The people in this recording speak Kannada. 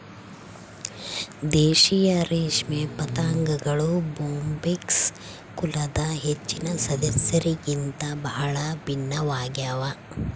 ದೇಶೀಯ ರೇಷ್ಮೆ ಪತಂಗಗಳು ಬೊಂಬಿಕ್ಸ್ ಕುಲದ ಹೆಚ್ಚಿನ ಸದಸ್ಯರಿಗಿಂತ ಬಹಳ ಭಿನ್ನವಾಗ್ಯವ